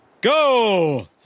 Go